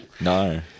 No